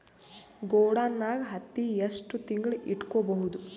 ಗೊಡಾನ ನಾಗ್ ಹತ್ತಿ ಎಷ್ಟು ತಿಂಗಳ ಇಟ್ಕೊ ಬಹುದು?